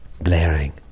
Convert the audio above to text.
blaring